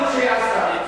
שהיא עשתה.